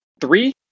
three